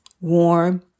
warm